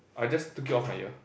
I just took it off my ear